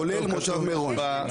כולל מושב מירון.